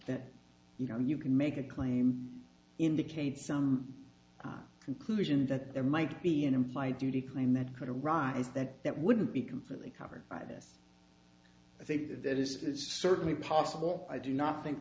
that you know you can make a claim indicates some conclusion that there might be an implied duty claim that could arise that that wouldn't be completely covered by this i think that that is is certainly possible i do not think